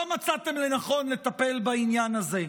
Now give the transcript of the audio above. לא מצאתם לנכון לטפל בעניין הזה,